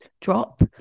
drop